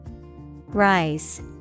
Rise